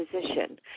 position